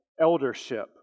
eldership